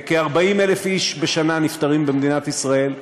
כ-40,000 איש נפטרים במדינת ישראל בשנה,